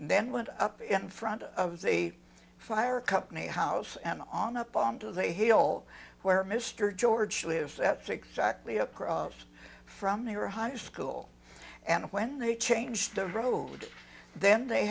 then went up in front of the fire company house and on up onto they heal where mr george lives that's exactly across from her high school and when they changed the road then they